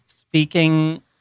speaking